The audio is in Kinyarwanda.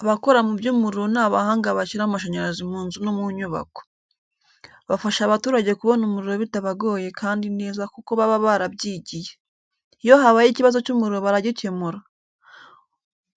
Abakora mu by'umuriro ni abahanga bashyira amashanyarazi mu nzu no mu nyubako. Bafasha abaturage kubona umuriro bitabagoye kandi neza kuko baba barabyigiye. Iyo habaye ikibazo cy’umuriro baragikemura.